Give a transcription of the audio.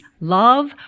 love